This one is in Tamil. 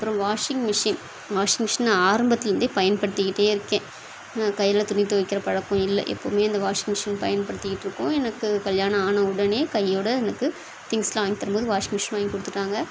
அப்புறம் வாஷிங் மிஷின் வாஷிங் மிஷின் ஆரம்பத்திலேருந்தே பயன்படுத்திக்கிட்டே இருக்கேன் கையில் துணி துவைக்கிற பழக்கம் இல்லை எப்பவுமே அந்த வாஷின் மிஷின் பயன்படுத்திக்கிட்டிருக்கோம் எனக்கு கல்யாணம் ஆனவுடனே கையோடு எனக்கு திங்க்ஸெல்லாம் வாங்கித்தரும்போது வாஷிங் மிஷின் வாங்கிக்கொடுத்துட்டாங்க